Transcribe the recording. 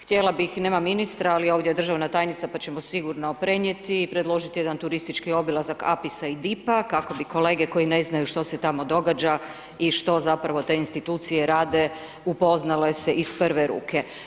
Htjela bih, nema ministra, ali ovdje je državna tajnica, pa će mu sigurno prenijeti, predložiti jedan turistički obilazak APIS-a i DIP-a kako bi kolege koji ne znaju što se tamo događa i što zapravo te institucije rade, upoznale se iz prve ruke.